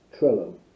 Trello